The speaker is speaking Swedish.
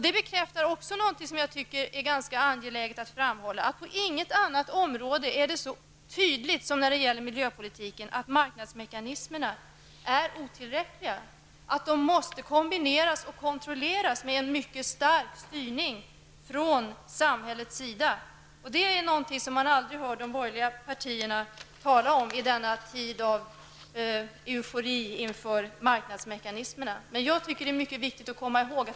De bekräftar också något som jag tycker är angeläget att framhålla: Inte på något annat område framgår det så tydligt som inom miljöpolitiken att marknadsmekanismerna är otillräckliga och måste kontrolleras och kombineras med en mycket stark styrning från samhällets sida. Det är någonting som man aldrig hör de borgerliga partierna tala om i denna tid av eufori inför marknadsmekanismerna. Jag tycker att det är mycket viktigt att komma ihåg det.